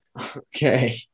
Okay